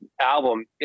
album